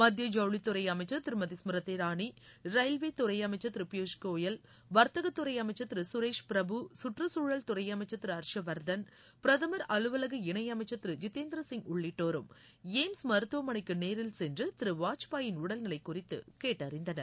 மத்திய ஜவுளித்துறை அமைச்சர் திருமதி ஸ்மிருத்தி இராணி ரயில்வே துறை அமைச்சர் திரு பியூஸ்கோயல் வர்த்தகத்துறை அமைச்சர் திரு கரேஷ் பிரபு சுற்றுச்சூழல் துறை அமைச்சர் திரு ஹர்ஷவா்தன் பிரதமா் அலுவலக இணையமைச்சா் திரு ஜிதேந்திர சிங் உள்ளிட்டோரும் எய்ம்ஸ் மருத்துவமனைக்கு நேரில் சென்று திரு வாஜ்பாயின் உடல் நிலை குறித்து கேட்டறிந்தனர்